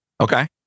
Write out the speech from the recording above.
Okay